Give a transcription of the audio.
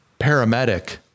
paramedic